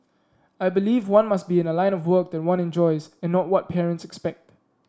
I believe one must be in a line of work that one enjoys and not what parents expect